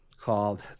called